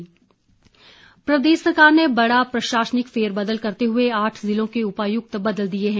तबादले प्रदेश सरकार ने बड़ा प्रशासनिक फेरबदल करते हुए आठ जिलों के उपायुक्त बदल दिए हैं